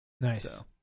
Nice